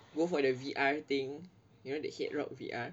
go for the V_R thing you know the hit rock V_R